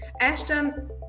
Ashton